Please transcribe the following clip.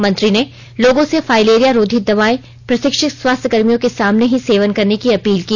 मंत्री ने लोगों से फाइलेरिया रोधी दवाएं प्रशिक्षित स्वास्थ्य कर्मियों के सामने ही सेवन करने की अपील की